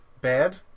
bad